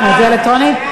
אלקטרונית.